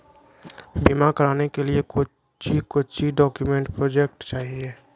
बीमा कराने के लिए कोच्चि कोच्चि डॉक्यूमेंट प्रोजेक्ट चाहिए?